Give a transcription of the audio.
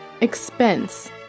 Expense